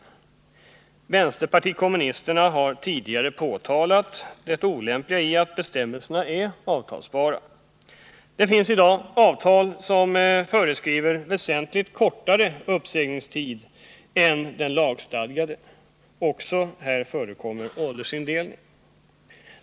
Vänsterpartiet kommunisterna har tidigare påtalat det olämpliga i att bestämmelserna är avtalsbara. Det finns i dag avtal som föreskriver väsentligt kortare uppsägningstid än den lagstadgade — också här förekommer åldersindelning.